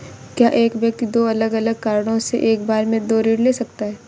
क्या एक व्यक्ति दो अलग अलग कारणों से एक बार में दो ऋण ले सकता है?